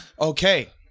Okay